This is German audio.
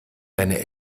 deine